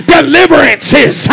Deliverances